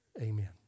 Amen